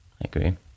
agree